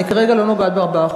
הם ממשיכים כרגע לקבל את ה-4%.